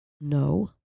No